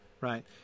Right